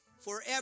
forever